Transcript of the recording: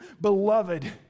beloved